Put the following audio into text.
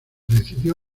decidió